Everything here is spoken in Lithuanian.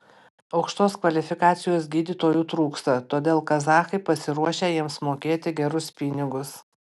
aukštos kvalifikacijos gydytojų trūksta todėl kazachai pasiruošę jiems mokėti gerus pinigus